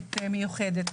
ותוכנית מיוחדת.